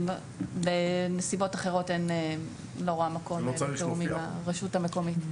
בנסיבות אחרות אין מקום לרשות המקומית.